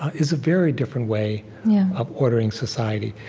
is a very different way of ordering society.